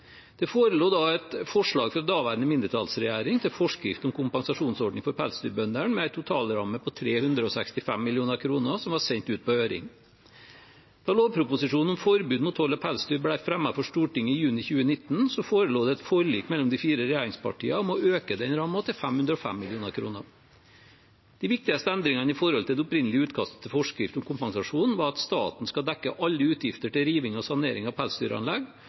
Det forelå da et forslag fra daværende mindretallsregjering til forskrift om en kompensasjonsordning for pelsdyrbøndene med en totalramme på 365 mill. kr, som var sendt ut på høring. Da lovproposisjonen om forbud mot hold av pelsdyr ble fremmet for Stortinget i juni 2019, forelå det et forlik mellom de fire regjeringspartiene om å øke rammen til 505 mill. kr. De viktigste endringene i forhold til det opprinnelige utkastet til forskrift om kompensasjon var at staten skulle dekke alle utgifter til riving og sanering av pelsdyranlegg,